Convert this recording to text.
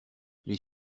les